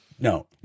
no